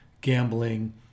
gambling